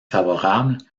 favorables